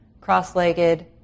cross-legged